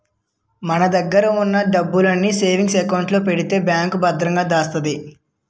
మన దగ్గర ఉన్న డబ్బుల్ని సేవింగ్ అకౌంట్ లో పెడితే బ్యాంకులో భద్రంగా దాస్తాయి